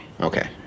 Okay